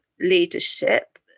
leadership